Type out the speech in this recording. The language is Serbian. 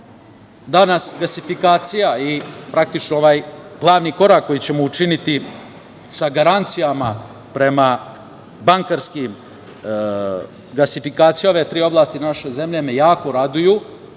danas gasifikacija i, praktično, ovaj glavni korak koji ćemo učiniti sa garancijama prema bankarskim, gasifikacija ove tri oblasti naše zemlje me jako raduju